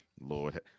Lord